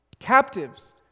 captives